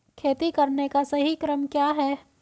खेती करने का सही क्रम क्या है?